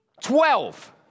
Twelve